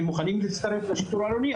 מוכנים להצטרף לשיטור העירוני,